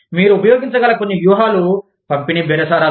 మీరు ఉపయోగించగల కొన్ని వ్యూహాలు పంపిణీ బేరసారాలు